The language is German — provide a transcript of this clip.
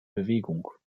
bewegung